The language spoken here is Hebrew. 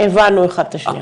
הבנו אחד את השנייה.